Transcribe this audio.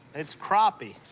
it's crappie.